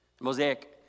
Mosaic